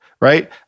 right